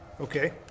okay